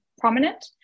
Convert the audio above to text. prominent